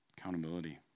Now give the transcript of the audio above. Accountability